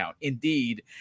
Indeed